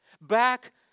back